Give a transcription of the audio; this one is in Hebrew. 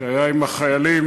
שהיה עם החיילים,